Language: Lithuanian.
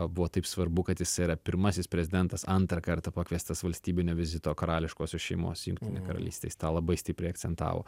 buvo taip svarbu kad jisai yra pirmasis prezidentas antrą kartą pakviestas valstybinio vizito karališkosios šeimos jungtinėj karalystėj jis tą labai stipriai akcentavo